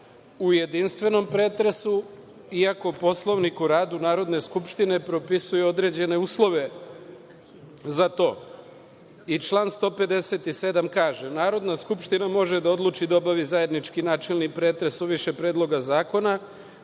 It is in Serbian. u jedinstvenom pretresu iako Poslovnik o radu Narodne skupštine propisuje određene uslove za to. Član 157. kaže – Narodna skupština može da odluči da obavi zajednički načelni pretres o više predloga zakona,